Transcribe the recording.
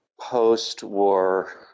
post-war